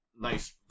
Nice